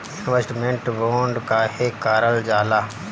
Investment bond काहे कारल जाला?